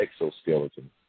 exoskeleton